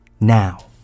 NOW